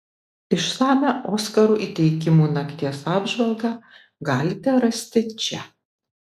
išsamią oskarų įteikimų nakties apžvalgą galite rasti čia